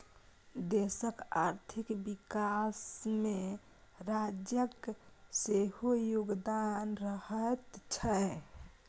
देशक आर्थिक विकासमे राज्यक सेहो योगदान रहैत छै